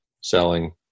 selling